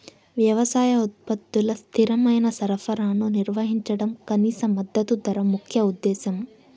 వ్యవసాయ ఉత్పత్తుల స్థిరమైన సరఫరాను నిర్వహించడం కనీస మద్దతు ధర ముఖ్య ఉద్దేశం